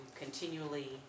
continually